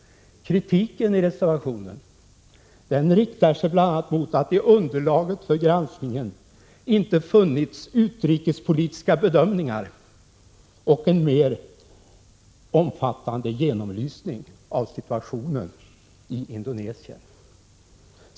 Kritiken i reservationen riktar sig bl.a. mot att det i underlaget för granskningen inte har funnits utrikespolitiska bedömningar och en mer omfattande genomlysning av situationen i Indonesien.